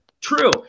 True